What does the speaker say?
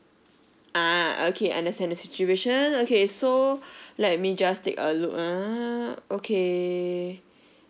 uh okay understand the situation okay so let me just take a look uh okay